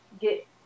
get